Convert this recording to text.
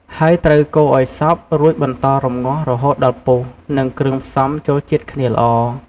ហើយត្រូវកូរឱ្យសព្វ រួចបន្តរំងាស់រហូតដល់ពុះ និងគ្រឿងផ្សំចូលជាតិគ្នាល្អ។